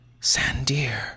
Sandir